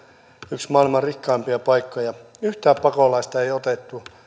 yksi maailman rikkaimpia paikkoja ja yhtään pakolaista ei otettu muun muassa